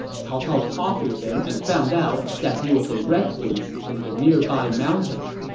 cao cao talked with him and found out that he was a recluse in the nearby mountains.